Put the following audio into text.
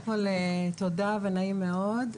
תודה נעים מאוד.